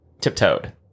tiptoed